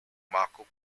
marco